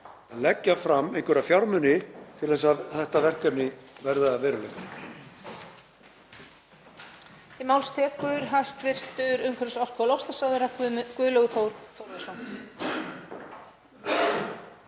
leggja fram einhverja fjármuni til að þetta verkefni verði að veruleika?